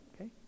okay